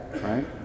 right